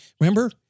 remember